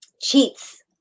Cheats